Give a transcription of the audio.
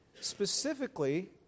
Specifically